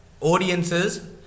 audiences